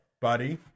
buddy